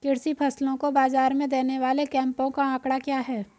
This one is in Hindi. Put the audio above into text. कृषि फसलों को बाज़ार में देने वाले कैंपों का आंकड़ा क्या है?